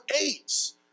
AIDS